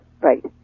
Right